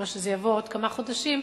וזה יבוא בעוד כמה חודשים,